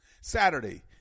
Saturday